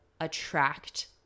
attract